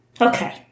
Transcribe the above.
Okay